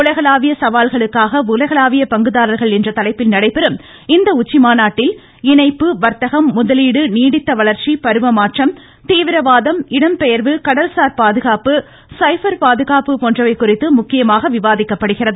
உலகளாவிய சவால்களுக்காக உலகளாவிய பங்குதாரா்கள் என்ற தலைப்பில் நடைபெறும் இந்த உச்சி மாநாட்டில் இணைப்பு வர்த்தகம் முதலீடு நீடித்த வளர்ச்சி பருவ மாற்றம் தீவிரவாதம் இடப்பெயர்வு கடல்சார்பாதுகாப்பு சைபர் பாதுகாப்பு போன்றவை குறித்து முக்கியமாக விவாதிக்கப்படுகிறது